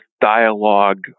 dialogue